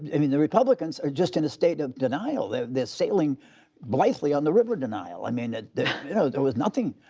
i mean, the republicans are just in a state of denial. they're they're sailing blithely on the river denial, i mean, that there you know was nothing,